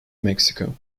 mexico